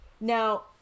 now